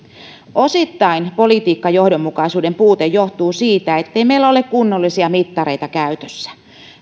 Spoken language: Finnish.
osittain politiikkajohdonmukaisuuden puute johtuu siitä että meillä ei ole kunnollisia mittareita käytössä